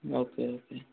okay okay